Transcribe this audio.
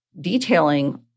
detailing